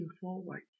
forward